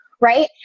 right